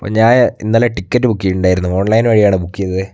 അപ്പോൾ ഞാൻ ഇന്നലെ ടിക്കറ്റ് ബുക്ക് ചെയ്തിട്ടുണ്ടായിരുന്നു ഓൺലൈൻ വഴിയാണ് ബുക്ക് ചെയ്തത്